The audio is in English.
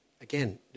Again